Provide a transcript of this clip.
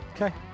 okay